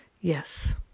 Yes